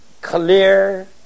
clear